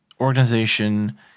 organization